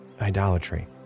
idolatry